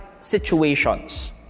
situations